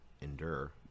endure